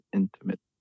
intimate